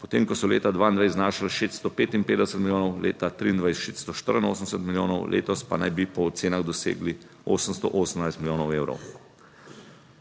potem ko so leta 2022 znašali 655 milijonov, leta 2023, 684 milijonov, letos pa naj bi po ocenah dosegli 818 milijonov evrov.